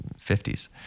50s